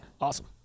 Awesome